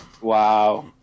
Wow